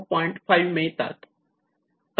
5 point मिळतात